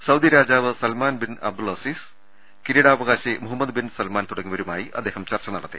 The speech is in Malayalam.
സൌദി രാജാവ് സൽമാൻ ബിൻ അബ്ദുൾ അസീസ് കിരീടാവ കാശി മുഹമ്മദ് ബിൻ സൽമാൻ തുടങ്ങിയവരുമായി അദ്ദേഹം ചർച്ച നടത്തി